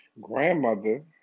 grandmother